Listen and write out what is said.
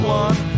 one